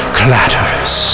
clatters